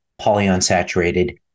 polyunsaturated